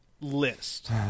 list